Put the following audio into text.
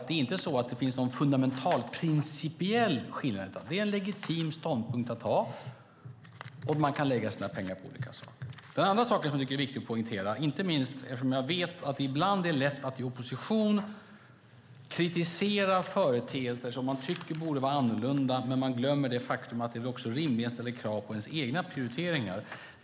Det inte är så att det finns någon fundamental, principiell skillnad, utan det är en legitim ståndpunkt att ha, och man kan lägga sina pengar på olika saker. Det finns en annan sak som jag tycker är viktig att poängtera, inte minst eftersom jag vet att det ibland är lätt att i opposition kritisera företeelser som man tycker borde vara annorlunda men glömma det faktum att det också är rimligt att ställa krav på egna prioriteringar.